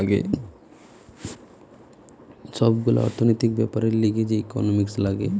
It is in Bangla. সব গুলা অর্থনৈতিক বেপারের লিগে যে ইকোনোমিক্স লাগে